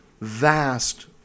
vast